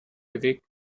bewegt